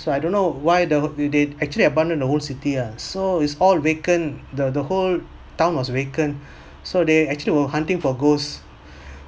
so I don't know why the they actually abandon the whole city ah so is all vacant the whole town was vacant so they actually were hunting for ghosts